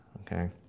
okay